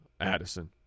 Addison